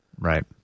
Right